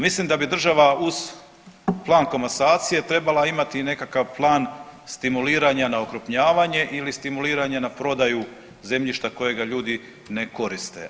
Mislim da bi država uz plan komasacije trebala imati i nekakav plan stimuliranja na okrupnjavanje ili stimuliranje na prodaju zemljišta kojega ljudi ne koriste.